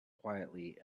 quietly